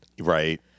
Right